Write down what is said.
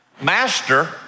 master